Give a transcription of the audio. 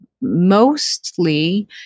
mostly